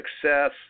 success